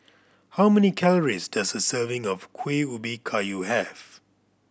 how many calories does a serving of Kuih Ubi Kayu have